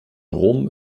rom